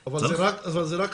אבל זה רק הסטות,